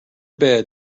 bed